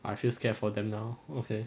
I feel scared for them now okay